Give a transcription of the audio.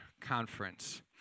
conference